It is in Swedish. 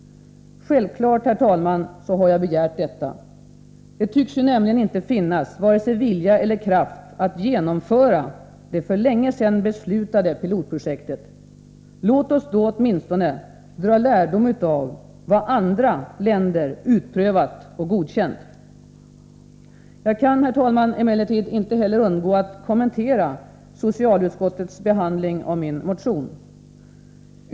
Självfallet, herr talman, har jag begärt detta. Det tycks ju nämligen inte finnas vare sig vilja eller kraft att genomföra det för länge sedan beslutade pilotprojektet. Låt oss då åtminstone dra lärdom av vad andra länder utprövat och godkänt. Jag kan, herr talman, emellertid inte heller undgå att kommentera socialutskottets behandling av min motion.